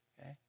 Okay